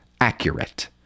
accurate